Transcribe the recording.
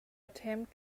attempt